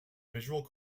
visual